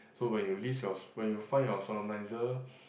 so when you list your when you find your solemniser